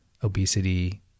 obesity